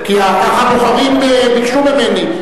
כי כך הבוחרים ביקשו ממני,